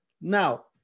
now